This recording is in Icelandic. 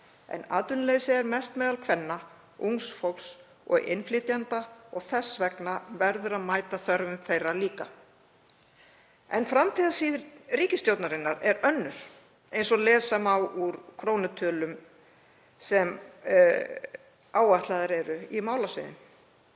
en atvinnuleysið er mest meðal kvenna, ungs fólks og innflytjenda. Þess vegna verður að mæta þörfum þeirra líka. En framtíðarsýn ríkisstjórnarinnar er önnur, eins og lesa má úr krónutölum sem áætlaðar eru í málasviðin.